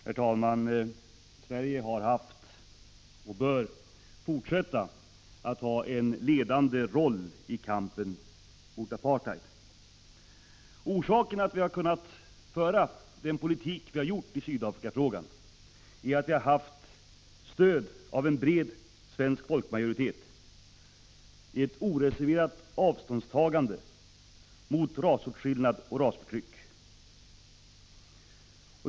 Herr talman! Sverige har haft och fortsätter att ha en ledande roll i kampen mot apartheid. Orsakerna till att vi har kunnat föra en konsekvent politik i Sydafrikafrågan är att vi haft stöd av en bred svensk folkmajoritet i ett oreserverat avståndstagande mot rasåtskillnad och rasförtryck.